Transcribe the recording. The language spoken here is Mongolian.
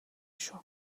шүү